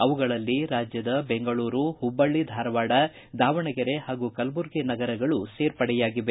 ಅವುಗಳಲ್ಲಿ ಕರ್ನಾಟಕದ ಬೆಂಗಳೂರು ಹುಬ್ಬಳ್ಳಿ ಧಾರವಾಡ ದಾವಣಗೆರೆ ಹಾಗೂ ಕಲಬುರ್ಗಿ ನಗರಗಳು ಸೇರ್ಪಡೆಯಾಗಿವೆ